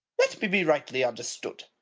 let me be rightly understood.